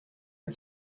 had